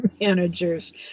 managers